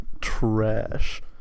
trash